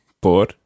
¿Por